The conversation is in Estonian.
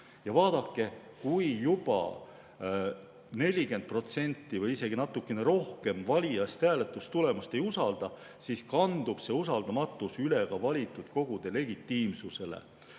Vaadake, kui juba 40% või isegi natukene rohkem valijaist hääletamise tulemust ei usalda, siis kandub see usaldamatus üle ka valitud kogu legitiimsusele.